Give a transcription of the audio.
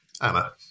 Anna